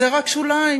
זה רק שוליים,